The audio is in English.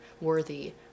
worthy